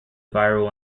viral